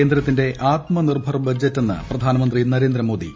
കേന്ദ്രത്തിന്റെ ആത്മനിർഭർ ബജറ്റെന്ന് പ്രധാന മന്ത്രി നരേന്ദ്ര മോദി